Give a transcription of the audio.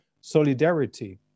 solidarity